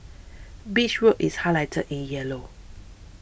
Beach Road is highlighted in yellow